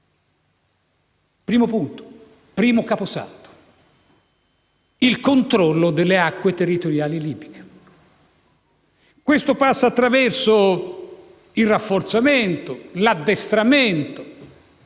Il suo primo caposaldo, il controllo delle acque territoriali libiche, passa attraverso il rafforzamento, l'addestramento